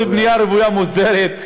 זו בנייה רוויה מוסדרת.